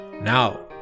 Now